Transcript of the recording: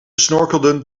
snorkelden